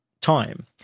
time